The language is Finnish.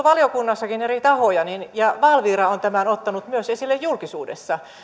valiokunnassakin eri tahoja ja valvira on tämän ottanut myös esille julkisuudessa